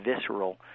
visceral